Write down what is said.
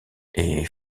est